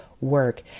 work